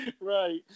Right